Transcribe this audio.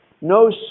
No